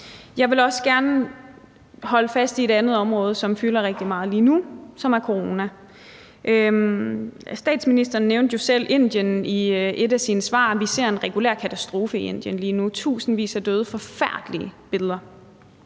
Jeg vil også gerne holde fast i et andet område, som fylder rigtig meget lige nu, nemlig coronaen. Statsministeren nævnte selv Indien i et af sine svar. Vi ser lige nu en regulær katastrofe i Indien med tusindvis af døde – det er forfærdelige billeder.